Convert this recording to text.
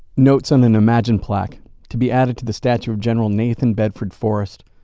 notes on an imagined plaque to be added to the statue of general nathan bedford forrest,